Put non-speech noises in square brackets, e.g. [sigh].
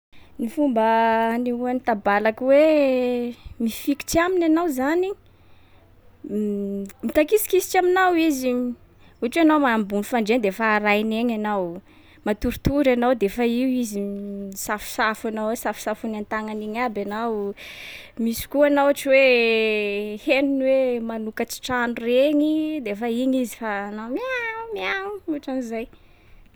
Ny fomba anehoan’ny tabalaky hoe mifikitry aminy ianao zany, [hesitation] mitakisikitry aminao izy ohatra ianao ma- ambony fandrià de fa arahiny egny ianao. Matoritory ianao de fa io izy [hesitation] misafosafo anao eo, safosafony an-tagnany igny aby enao. Misy koa anao ohatry hoe henony hoe manokatry trano regny de fa iny izy fa hanao miaou-miaou ohatran’zay.